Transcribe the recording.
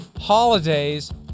holidays